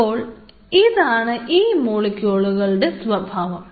അപ്പൊൾ ഇതാണ് ഈ മോളിക്യൂളുകളുടെ സ്വഭാവം